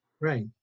Right